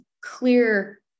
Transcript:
clear